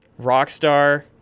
Rockstar